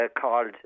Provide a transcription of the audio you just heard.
called